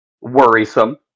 worrisome